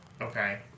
Okay